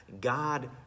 God